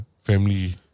family